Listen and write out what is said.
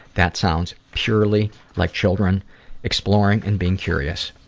that sounds purely like children exploring and being curious.